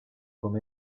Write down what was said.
com